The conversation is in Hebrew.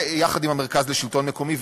יחד עם מרכז השלטון המקומי.